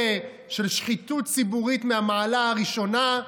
של שחיתות ציבורית מהמעלה הראשונה,